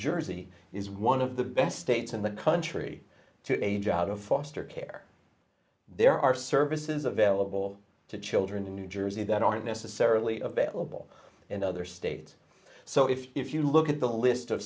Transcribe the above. jersey is one of the best states in the country to age out of foster care there are services available to children in new jersey that aren't necessarily available in other states so if you look at the list of